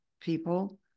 people